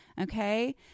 Okay